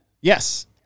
Yes